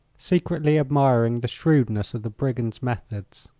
secretly admiring the shrewdness of the brigand's methods.